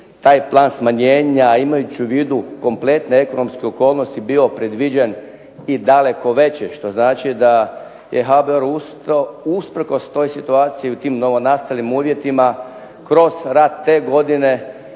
taj plan smanjenja, a imajući u vidu kompletne ekonomske okolnosti bio predviđen i daleko veće što znači da je HBOR usto usprkos toj situaciji u tim novonastalim uvjetima kroz rad te godine